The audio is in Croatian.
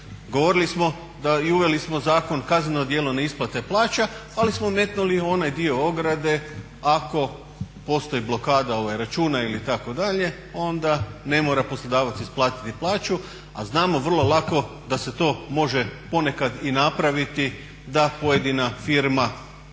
Govorili smo i uveli smo zakon, kazneno djelo neisplate plaća ali smo metnuli onaj dio ograde ako postoji blokada računa ili itd. onda ne mora poslodavac isplatiti plaću, a znamo vrlo lako da se to može ponekad i napraviti da pojedina firma